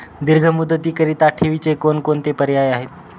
दीर्घ मुदतीकरीता ठेवीचे कोणकोणते पर्याय आहेत?